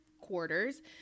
quarters